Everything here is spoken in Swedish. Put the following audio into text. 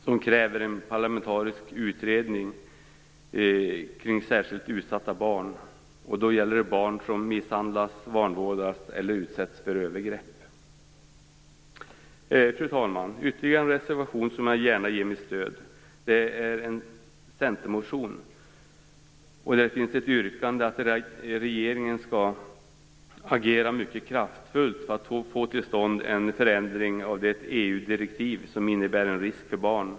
Där krävs en parlamentarisk utredning om särskilt utsatta barn. Det gäller barn som misshandlas, vanvårdas eller utsätts för övergrepp. Fru talman! Ytterligare en reservation som jag gärna ger mitt stöd bygger på en centermotion. I den yrkas att regeringen skall agera mycket kraftfullt för att få till stånd en förändring av det EU-direktiv som innebär en risk för barn.